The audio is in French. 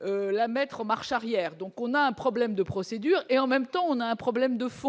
la mettre en marche arrière, donc on a un problème de procédure et en même temps on a un problème de fond,